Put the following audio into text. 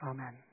Amen